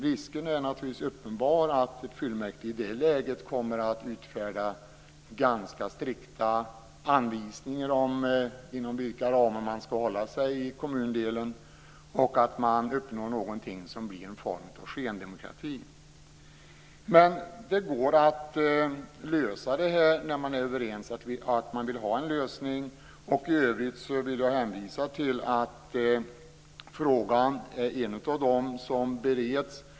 Risken är uppenbar att fullmäktige i det läget utfärdar ganska strikta anvisningar om inom vilka ramar man skall hålla sig i en kommundel och att man uppnår något som blir ett slags skendemokrati. Det går att lösa det här när man är överens om att man vill ha en lösning. I övrigt hänvisar jag till att frågan är en av dem som bereds.